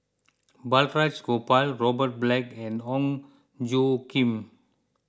Balraj Gopal Robert Black and Ong Tjoe Kim